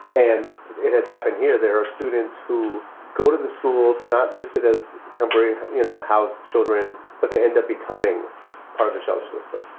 and it has happened here. there are students who go to the school. they're not listed as temporary, you know, house children, but they end up becoming part of the shelter system.